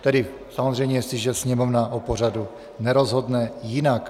Tedy samozřejmě, jestliže Sněmovna o pořadu nerozhodne jinak.